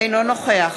אינו נוכח